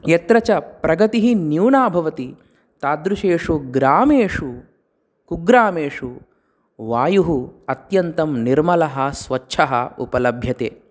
यत्र च प्रगतिः न्यूना भवति तादृशेषु ग्रामेषु कुग्रामेषु वायुः अत्यन्तं निर्मलः स्वच्छः उपलभ्यते